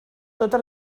tota